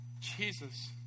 Jesus